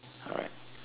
alright